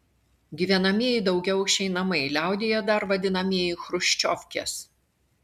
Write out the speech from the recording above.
gyvenamieji daugiaaukščiai namai liaudyje dar vadinamieji chruščiovkės